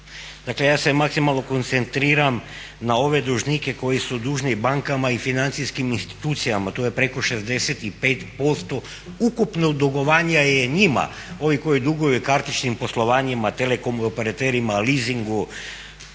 Dakle, ja se maksimalno koncentriram na ove dužnike koji su dužni bankama i financijskim institucijama, to je preko 65% ukupnog dugovanja njima, ovi koji duguju kartičnim poslovanjima, teleoperaterima, leasingu,